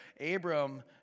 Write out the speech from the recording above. Abram